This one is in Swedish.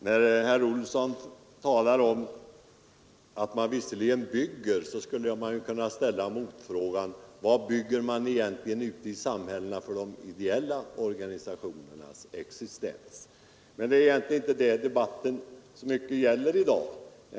När herr Olsson i Kil talar om att man visserligen bygger och ställer en fråga i anslutning till det, skulle jag kunna ställa motfrågan: Vad bygger man egentligen ute i samhället för de ideella organisationernas existens? Men det är egentligen inte det debatten gäller i dag.